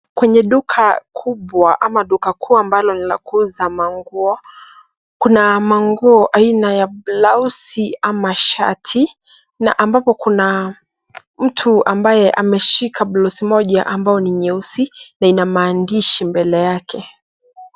Kwenye duka kubwa ama duka kuu ambalo ni la kuuza manguo, kuna manguo aina ya blausi ama shati na ambapo kuna mtu ambaye ameshika blausi moja ambayo ni nyeusi na ina maandishi mbele yake.